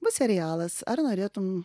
bus serialas ar norėtum